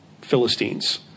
Philistines